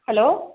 hello